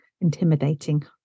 intimidating